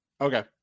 Okay